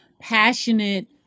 passionate